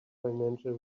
financial